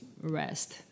rest